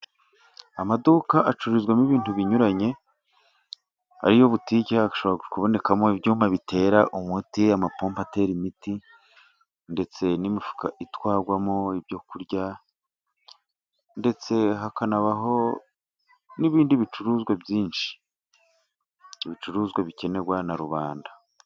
Amaduka acuruzwamo ibintu binyuranye ariyo butiki, hashobora kubonekamo ibyuma bitera umuti amapombo atera imiti, ndetse n'imifuka itwarwamo ibyo kurya, ndetse hakanabaho n'ibindi bicuruzwa byinshi ibicuruzwa bikenerwa na rubanda.